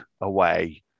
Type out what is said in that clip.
away